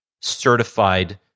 certified